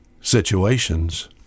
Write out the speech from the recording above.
situations